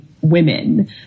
women